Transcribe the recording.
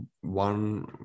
one